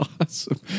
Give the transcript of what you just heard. awesome